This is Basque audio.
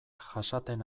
jasaten